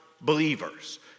believers